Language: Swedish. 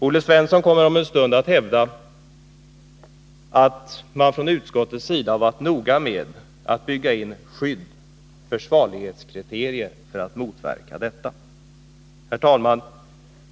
Olle Svensson kommer om en stund att hävda att man från utskottets sida har varit noga med att bygga in skydd, försvarlighetskriterier, för att motverka detta. Herr talman!